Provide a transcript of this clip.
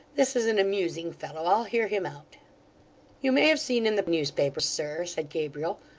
this is an amusing fellow! i'll hear him out you may have seen in the newspapers, sir said gabriel,